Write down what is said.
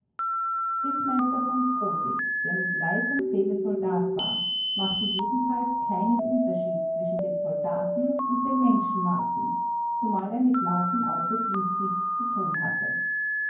rittmeister v krosigk der mit leib und seele soldat war machte jedenfalls keinen unterschied schied zwischen dem soldaten und dem menschen marten zumal er mit marten außer dienst nichts zu tun hatte